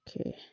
Okay